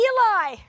Eli